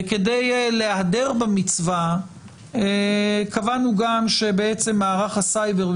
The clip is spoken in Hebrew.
וכדי להדר במצווה קבענו גם שמערך הסייבר,